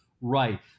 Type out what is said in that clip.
right